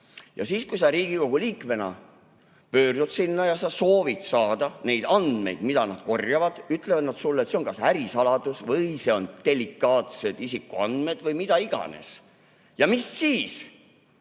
Kui sa Riigikogu liikmena pöördud sinna ja sa soovid saada neid andmeid, mida nad korjavad, ütlevad nad sulle, et see on kas ärisaladus või need on delikaatsed isikuandmed või mida iganes. Ja mis siis?